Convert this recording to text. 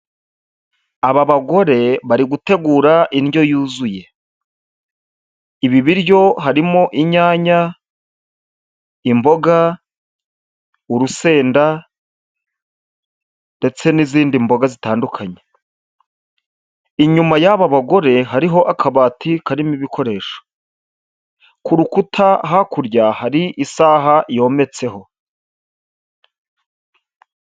Aba bagore bari gutegura indyo yuzuye. Ibi biryo harimo inyanya, imboga, urusenda ndetse n'izindi mboga zitandukanye. Inyuma y'aba bagore hariho akabati karimo ibikoresho. Ku rukuta hakurya hari isaha yometseho.